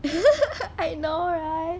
I know right